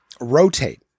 rotate